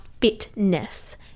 fitness